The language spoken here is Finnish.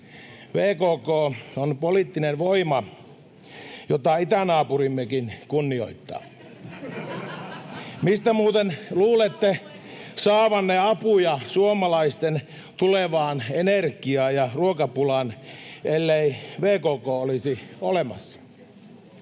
VKK on poliittinen voima, jota itänaapurimmekin kunnioittaa. Mistä muuten luulette saavanne apuja suomalaisten tulevaan energia‑ ja ruokapulaan, ellei VKK olisi olemassa?